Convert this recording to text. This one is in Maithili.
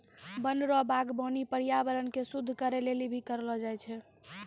वन रो वागबानी पर्यावरण के शुद्ध करै लेली भी करलो जाय छै